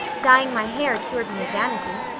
dyeing my hair cured me of vanity.